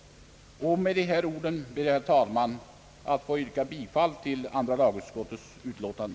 Med dessa ord ber jag, herr talman, att få yrka bifall till andra lagutskottets utlåtande.